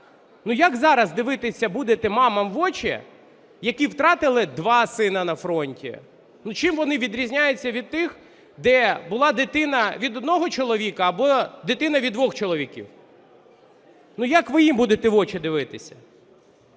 Як зараз дивитися будете мамам в очі, які втратили два сини на фронті? Чим вони відрізняються від тих, де була дитина від одного чоловіка або дитина від двох чоловіків? Ну як ви їм будете в очі дивитися?